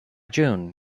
june